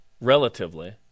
relatively